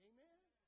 Amen